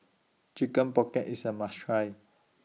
Chicken Pocket IS A must Try